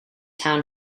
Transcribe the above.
town